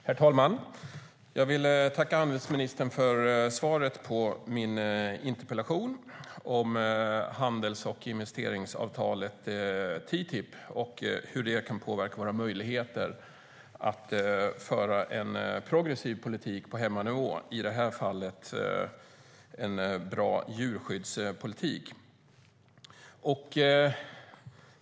Herr talman! Jag vill tacka handelsministern för svaret på min interpellation om handels och investeringsavtalet TTIP och hur det kan påverka våra möjligheter att föra en progressiv politik på hemmaplan. I det här fallet gäller det en bra djurskyddspolitik.